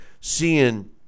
seeing